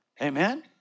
Amen